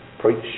preach